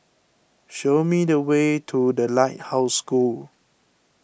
show me the way to the Lighthouse School